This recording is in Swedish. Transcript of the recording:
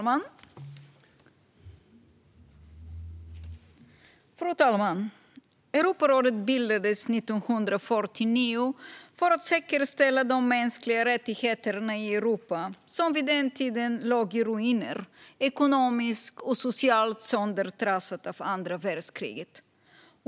Fru talman! Europarådet bildades 1949 för att säkerställa de mänskliga rättigheterna i Europa, som vid den tiden låg i ruiner, ekonomiskt och socialt söndertrasat av andra världskriget.